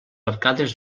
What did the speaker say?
arcades